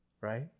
Right